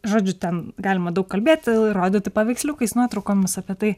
žodžiu ten galima daug kalbėti rodyti paveiksliukais nuotraukomis apie tai